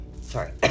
sorry